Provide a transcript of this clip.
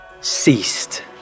ceased